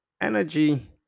energy